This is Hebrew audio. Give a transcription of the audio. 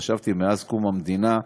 חשבתי שמאז קום המדינה,